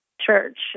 church